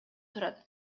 турат